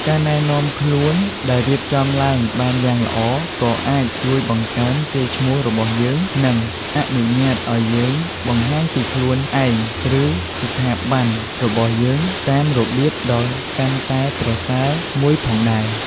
ការណែនាំខ្លួនដែលរៀបចំឡើងបានយ៉ាងល្អក៏អាចជួយបង្កើនកេរ្តិ៍ឈ្មោះរបស់យើង និងអនុញ្ញាតឱ្យយើងបង្ហាញពីខ្លួនឯង ឬស្ថាប័នរបស់យើងតាមរបៀបដ៏កាន់តែប្រសើរមួយផងដែរ។